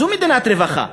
זו מדינת רווחה.